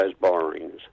borrowings